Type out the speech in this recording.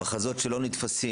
מחזות שלא נתפסים,